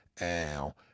Ow